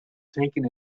taken